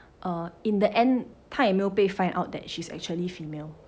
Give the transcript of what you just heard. err in the end 她有没有被 find out that she's actually female